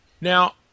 Now